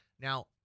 Now